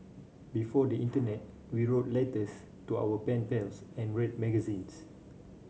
before the internet we wrote letters to our pen pals and read magazines